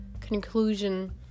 conclusion